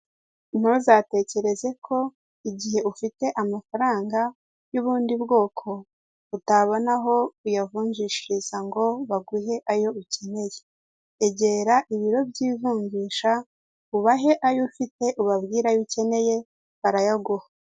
Ntuzatekereze ko igihe ufite amafaranga y'ubundi bwoko utabona aho uyavunjishiriza ngo baguhe ayo ukeneye, egera ibiro by'ivunjisha ubahe ayo ufite ubabwire ayo ukeneye barayaguha.